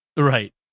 Right